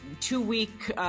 two-week